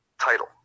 title